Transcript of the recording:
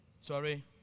Sorry